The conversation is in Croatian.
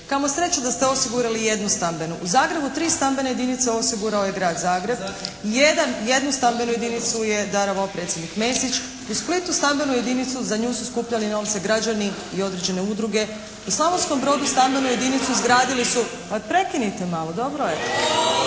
Kamo sreće da ste osigurali i jednu stambenu. U Zagrebu tri stambene jedinice osigurao je Grad Zagreb, jedan, jednu stambenu jedinicu je darovao Predsjednik Mesić. U Splitu stambenu jedinicu, za nju su skupljali novce građani i određene udruge. U Slavonskom Brodu stambenu jedinicu izgradili su …… /Upadice se